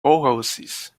oasis